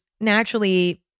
naturally